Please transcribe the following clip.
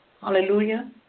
Hallelujah